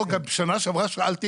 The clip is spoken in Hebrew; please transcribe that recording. לא, גם בשנה שעברה שאלתי